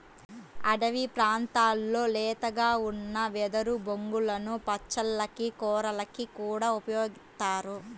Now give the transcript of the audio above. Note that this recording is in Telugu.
అడివి ప్రాంతాల్లో లేతగా ఉన్న వెదురు బొంగులను పచ్చళ్ళకి, కూరలకి కూడా ఉపయోగిత్తారు